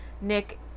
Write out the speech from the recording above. Nick